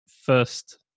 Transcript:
first